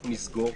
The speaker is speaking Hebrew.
נסגור,